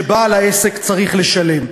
שבעל העסק צריך לשלם.